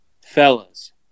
fellas